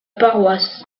paroisse